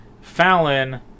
Fallon